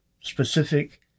specific